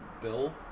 Bill